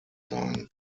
sein